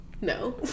No